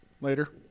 later